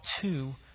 two